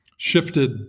shifted